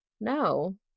no